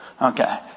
Okay